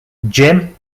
jim